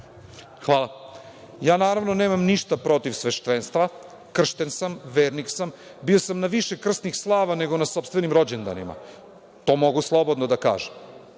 Hvala. Ja naravno nemam ništa protiv sveštenstva. Kršten sam, vernik sam, bio sam na više krsnih slava nego na sopstvenim rođendanima, to mogu slobodno da kažem. Niko